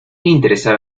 interesar